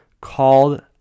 called